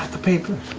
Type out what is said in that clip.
the paper.